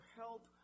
help